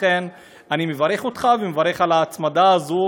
לכן אני מברך אותך ומברך על ההצמדה הזאת,